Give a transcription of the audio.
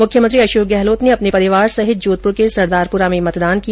मुख्यमंत्री अशोक गहलोत ने अपने परिवार सहित जोधपुर के सरदारपुरा में भी मतदान किया